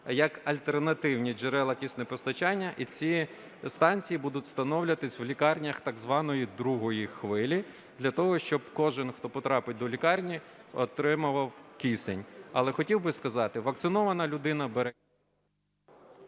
як альтернативні джерела киснепостачання, і ці станції будуть встановлюватися в лікарнях так званої другої хвилі, для того щоб кожен, хто потрапить до лікарні, отримував кисень. Але хотів би сказати, вакцинована людина… Веде